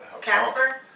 Casper